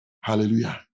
Hallelujah